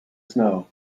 snow